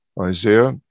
Isaiah